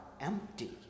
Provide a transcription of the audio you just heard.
empty